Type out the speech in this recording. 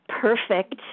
perfect